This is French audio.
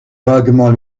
vaguement